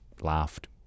laughed